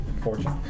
Fortune